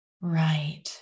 Right